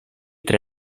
tre